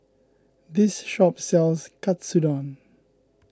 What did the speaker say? this shop sells Katsudon